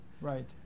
Right